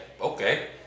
okay